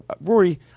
Rory